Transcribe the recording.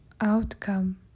Outcome